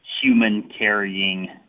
human-carrying